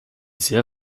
sehr